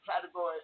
category